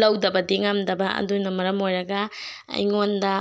ꯂꯧꯗꯕꯗꯤ ꯉꯝꯗꯕ ꯑꯗꯣ ꯃꯔꯝ ꯑꯣꯏꯔꯒ ꯑꯩꯉꯣꯟꯗ